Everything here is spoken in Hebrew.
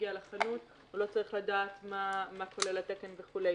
מגיע לחנות הוא לא צריך לדעת מה כולל התקן וכו'.